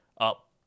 up